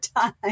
time